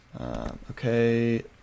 Okay